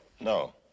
No